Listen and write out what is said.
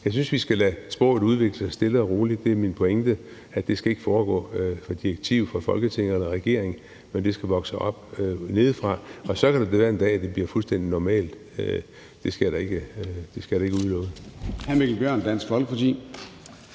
Jeg synes, at vi skal lade sproget udvikle sig stille og roligt. Det er min pointe: at det ikke skal foregå via et direktiv fra Folketinget eller regeringen, men at det skal vokse op nedefra. Og så kan det da være, at det en dag bliver fuldstændig normalt; det skal jeg da ikke udelukke.